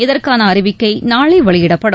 இதற்கான அறிவிக்கை நாளை வெளியிடப்படும்